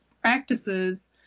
practices